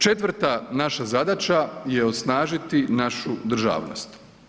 Četvrta naša zadaća je osnažiti našu državnost.